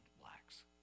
blacks